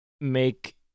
make